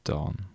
Dawn